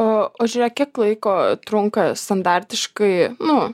o o žiūrėk kiek laiko trunka standartiškai nu